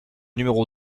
numéro